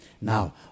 Now